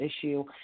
issue